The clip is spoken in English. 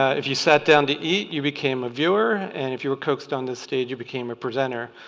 ah if you sat down to eat you became a viewer. and if you were coaxed on this stage, you became a presenter.